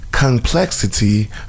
complexity